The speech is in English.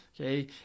Okay